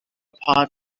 part